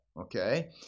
Okay